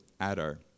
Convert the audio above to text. Adar